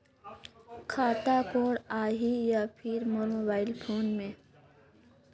खाता कोड आही या फिर मोर मोबाइल फोन मे?